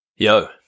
Yo